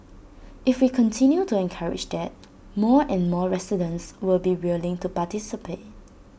if we continue to encourage that more and more residents will be willing to participate